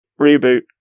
Reboot